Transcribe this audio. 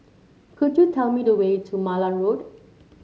could you tell me the way to Malan Road